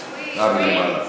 סוִיד,